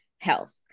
health